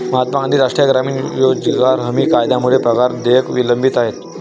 महात्मा गांधी राष्ट्रीय ग्रामीण रोजगार हमी कायद्यामुळे पगार देयके विलंबित आहेत